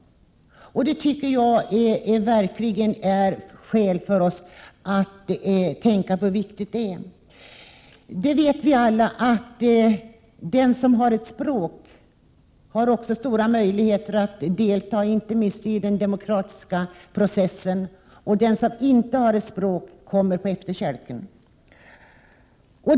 Det tycker jag verkligen är ett skäl för att vi skall börja tänka på hur viktigt detta är. Vi vet alla att den som har ett språk också har stora möjligheter att delta i samhällslivet och inte minst i den demokratiska processen. Den som inte har ett språk kommer på efterkälken.